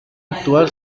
actual